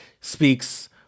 speaks